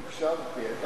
הקשבתי.